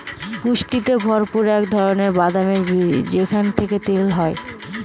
পুষ্টিতে ভরপুর এক ধরনের বাদামের বীজ যেখান থেকে তেল হয়